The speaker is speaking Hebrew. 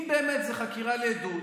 ואם באמת זאת חקירה לעדות,